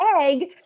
egg